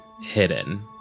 hidden